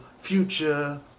Future